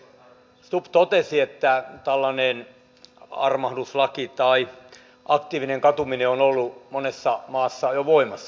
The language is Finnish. ministeri stubb totesi että tällainen armahduslaki tai aktiivinen katuminen on ollut monessa maassa jo voimassa